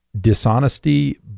dishonesty